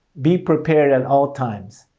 be prepared at all times.